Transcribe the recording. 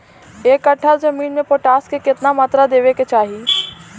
एक कट्ठा जमीन में पोटास के केतना मात्रा देवे के चाही?